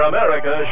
America